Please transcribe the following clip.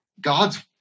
God's